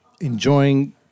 enjoying